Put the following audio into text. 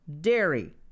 dairy